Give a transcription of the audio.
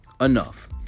enough